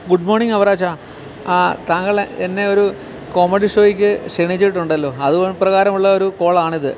good മോണിങ് അവറാച്ച താങ്കൾ എന്നെയൊരു കോമഡി ഷോയ്ക്ക് ക്ഷണിച്ചിട്ടുണ്ടല്ലോ അതു പ്രകാരമുള്ള ഒരു കോൾ ആണ് ഇത്